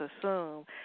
assume